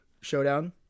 showdown